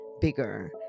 bigger